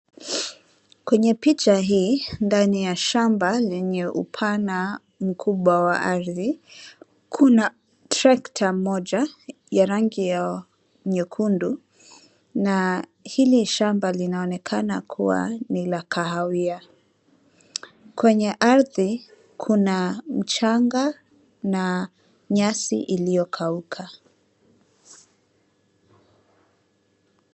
Kwenye picha hii, ndani ya shamba lenye upana mkubwa wa ardhi, kuna tracter moja ya rangi ya nyekundu, na hili shamba linaonekana kua ni la kahawia, kwenye ardhi kuna mchanga na nyasi iliyokauka.